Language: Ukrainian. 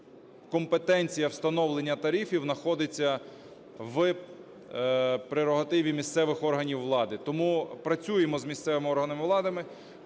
компетенція встановлення тарифів знаходиться в прерогативі місцевих органів влади. Тому працюємо з місцевими органами влади.